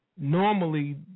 normally